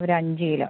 ഒരു അഞ്ച് കിലോ